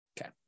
Okay